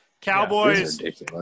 Cowboys